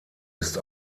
ist